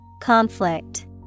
Conflict